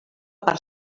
per